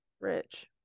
rich